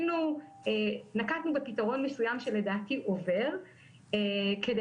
נקטנו בפתרון מסוים שלדעתי עובר כדי